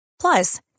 Plus